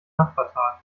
nachbartal